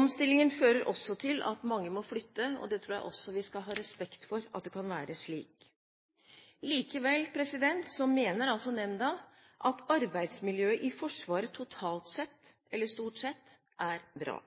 Omstillingen fører også til at mange må flytte, og jeg tror også vi skal ha respekt for at det kan være slik. Likevel mener nemnda at arbeidsmiljøet i Forsvaret stort sett er bra.